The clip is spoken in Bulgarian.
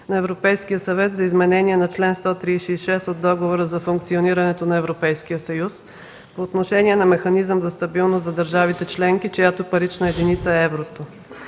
на Европейския съвет за изменение на чл. 136 от Договора за функционирането на Европейския съюз по отношение на механизъм за стабилност за държавите-членки, чиято парична единица е еврото.